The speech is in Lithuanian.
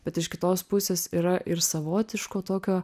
bet iš kitos pusės yra ir savotiško tokio